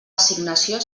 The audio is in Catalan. assignació